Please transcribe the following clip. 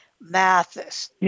Mathis